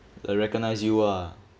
they recognize you ah